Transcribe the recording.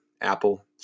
Apple